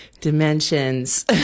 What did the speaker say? Dimensions